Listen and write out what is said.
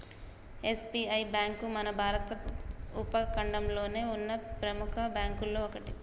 SBI bank మన భారత ఉపఖండంలోనే ఉన్న ప్రెముఖ బ్యేంకుల్లో ఒకటి